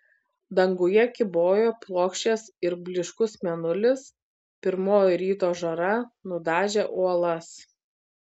danguje kybojo plokščias ir blyškus mėnulis pirmoji ryto žara nudažė uolas